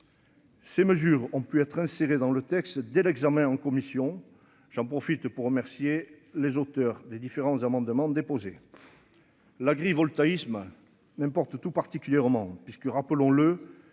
Ces mesures ont pu être inséré dans le texte dès l'examen en commission, j'en profite pour remercier les auteurs des différents amendements déposés, l'agrivoltaïsme n'importe tout particulièrement puisque, rappelons-le,